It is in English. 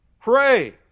Pray